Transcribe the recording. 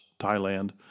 Thailand